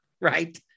right